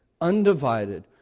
Undivided